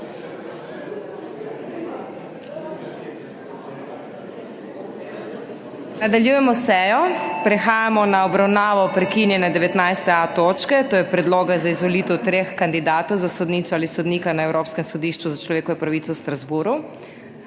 Nadaljujemo s sejo. Prehajamo na obravnavo prekinjene 19.a točke, to je Predlog za izvolitev treh kandidatov za sodnico ali sodnika na Evropskem sodišču za človekove pravice v Strasbourgu.